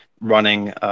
running